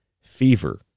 Fever